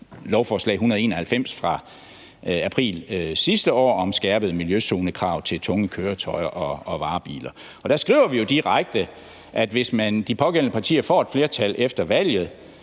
lovforslag 191 fra april sidste år om skærpede miljøzonekrav til tunge køretøjer og varebiler. Der skriver vi jo direkte, at hvis de pågældende partier får et flertal efter valget,